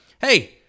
Hey